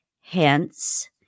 Hence